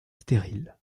stériles